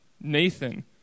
Nathan